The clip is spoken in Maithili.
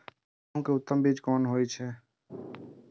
गेंहू के उत्तम बीज कोन होय छे?